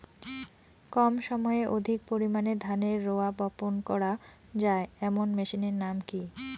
কম সময়ে অধিক পরিমাণে ধানের রোয়া বপন করা য়ায় এমন মেশিনের নাম কি?